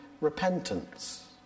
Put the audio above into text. repentance